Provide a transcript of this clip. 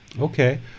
Okay